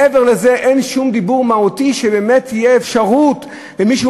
מעבר לזה אין שום דיבור מהותי שבאמת תהיה אפשרות ומישהו